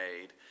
made